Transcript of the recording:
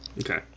Okay